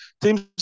teams